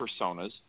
personas